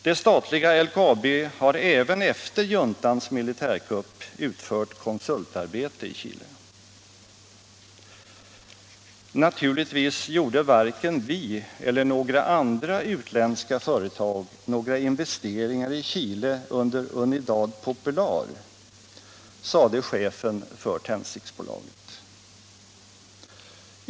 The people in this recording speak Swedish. Det statliga LKAB har även efter juntans militärkupp utfört konsultarbete i Chile. ”Naturligtvis gjorde varken vi eller några andra utländska företag några investeringar i Chile under Unidad Popular”, sade chefen för Tändsticksbolaget.